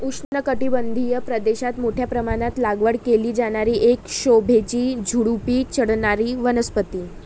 उष्णकटिबंधीय प्रदेशात मोठ्या प्रमाणात लागवड केली जाणारी एक शोभेची झुडुपी चढणारी वनस्पती